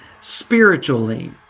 spiritually